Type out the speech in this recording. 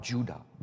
Judah